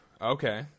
Okay